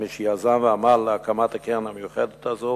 כמי שיזם ועמל להקמת הקרן המיוחדת הזו